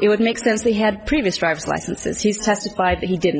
it would make sense he had previous driver's licenses he testified that he didn't